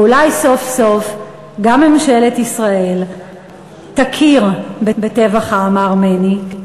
ואולי סוף-סוף גם ממשלת ישראל תכיר בטבח העם הארמני.